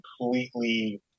completely